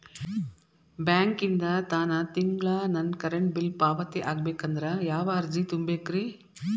ಬ್ಯಾಂಕಿಂದ ತಾನ ತಿಂಗಳಾ ನನ್ನ ಕರೆಂಟ್ ಬಿಲ್ ಪಾವತಿ ಆಗ್ಬೇಕಂದ್ರ ಯಾವ ಅರ್ಜಿ ತುಂಬೇಕ್ರಿ?